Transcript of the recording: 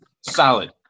Solid